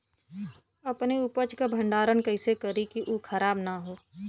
अपने उपज क भंडारन कइसे करीं कि उ खराब न हो?